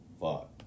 Fuck